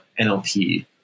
NLP